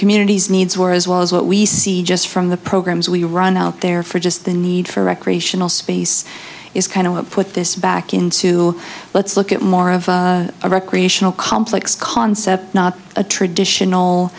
communities needs were as well as what we see just from the programs we run out there for just the need for recreational space is kind of put this back into let's look at more of a recreational complex concept not a traditional